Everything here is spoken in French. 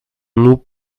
nous